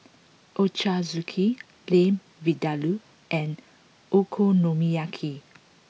Ochazuke Lamb Vindaloo and Okonomiyaki